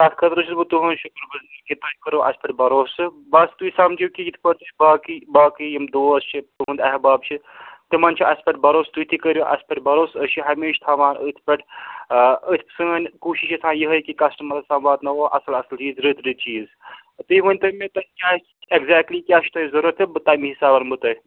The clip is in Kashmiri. تَتھ خٲطرٕ چھُس بہٕ تُہُنٛد شُکُر کہِ تۄہہِ کوٚروٕ اَسہِ پٮ۪ٹھ بَروسہٕ تہٕ بَس تُہۍ سَمجِو کہِ یِتھٕ پٲٹھۍ تُہۍ باقٕے باقٕے یِم دوس چھِ تُہُنٛد احباب چھِ تِمَن چھُ اَسہِ پٮ۪ٹھ بروس تُہۍ تہِ کٔرِو اَسہِ پٮ۪ٹھ بَروس أسۍ چھِ ہمیشہِ تھاوان أتھۍ پٮ۪ٹھ آ أتھۍ سٲنۍ کوٗشِشہٕ تھایہِ یِہےَ کہِ کَسٹمَرَس تام واتناوو اَصٕل اصٕل چیٖز رٕتۍ رٕتۍ چیٖز تُہۍ ؤنۍتو مےٚ تُہۍ کیٛازِ ایگزیکٹلی کیٛاہ چھُ تۄہہِ ضروٗرت تہٕ بہٕ تَمی حِساب وَنہٕ بہٕ تۄہہِ